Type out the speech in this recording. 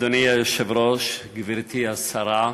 אדוני היושב-ראש, גברתי השרה,